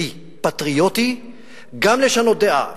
ישראלי פטריוטי גם לשנות דעה.